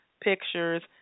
pictures